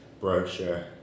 brochure